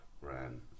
ran